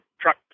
truck